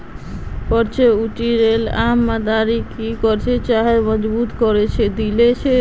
करेर ऊँची रेट आम आदमीक कर चोरी करवार पर मजबूर करे दी छे